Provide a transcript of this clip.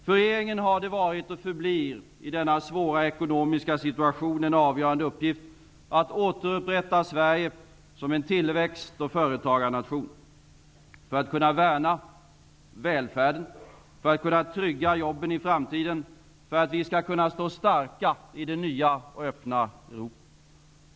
För regeringen har det varit, och förblir, i denna svåra ekonomiska situation en avgörande uppgift att återupprätta Sverige som en tillväxt och företagarnation, för att kunna värna välfärden, för att kunna trygga jobben i framtiden, för att vi skall kunna stå starka i det nya och öppna Europa.